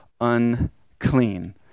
unclean